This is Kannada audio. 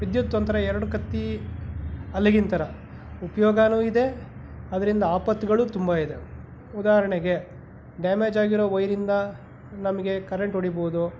ವಿದ್ಯುತ್ ಒಂಥರ ಎರಡು ಕತ್ತಿ ಅಲಗಿನ ಥರ ಉಪಯೋಗಾನು ಇದೆ ಅದರಿಂದ ಆಪತ್ತುಗಳೂ ತುಂಬ ಇದಾವೆ ಉದಾಹರಣೆಗೆ ಡ್ಯಾಮೇಜ್ ಆಗಿರೋ ವೈರಿಂದ ನಮಗೆ ಕರೆಂಟ್ ಹೊಡೀಬೋದು